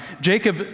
Jacob